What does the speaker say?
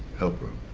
help her,